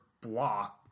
block